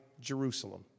Jerusalem